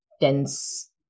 dense